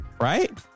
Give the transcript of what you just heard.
right